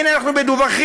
הנה אנחנו מדווחים,